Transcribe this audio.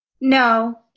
No